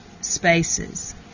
spaces